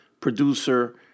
producer